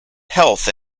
health